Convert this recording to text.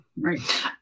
right